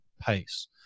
pace